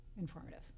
informative